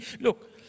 Look